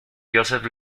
joseph